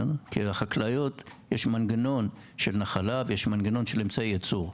כי לחקלאיות יש מנגנון של נחלה ויש מנגנון של אמצעי ייצור.